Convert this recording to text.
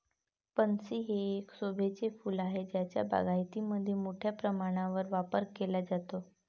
pansy हे एक शोभेचे फूल आहे ज्याचा बागायतीमध्ये मोठ्या प्रमाणावर वापर केला जातो